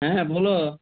হ্যাঁ হ্যাঁ বলো